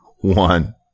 one